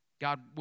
God